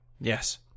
Yes